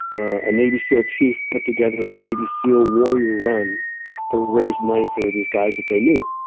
a navy seal chief put together a navy seal warrior run to raise money for these guys that they knew.